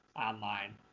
online